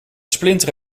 splinter